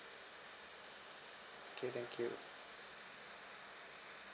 okay thank you